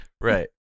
Right